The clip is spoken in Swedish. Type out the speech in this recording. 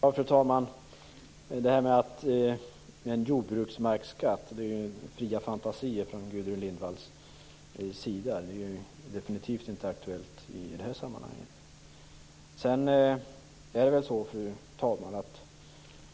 Fru talman! Detta med en jordbruksmarksskatt är fria fantasier från Gudrun Lindvalls sida. Det är definitivt inte aktuellt i det här sammanhanget.